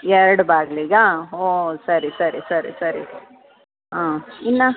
ಎರಡು ಬಾಗಿಲಿಗಾ ಓ ಸರಿ ಸರಿ ಸರಿ ಸರಿ ಹಾಂ ಇನ್ನು